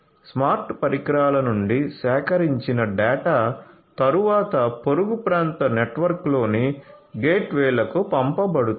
smart పరికరాల నుండి సేకరించిన డేటా తరువాత పొరుగు ప్రాంత నెట్వర్క్లోని గేట్వేలకు పంపబడుతుంది